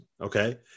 Okay